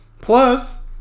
Plus